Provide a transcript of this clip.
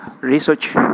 research